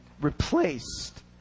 replaced